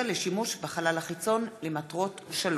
לשימוש בחלל החיצון למטרות שלום.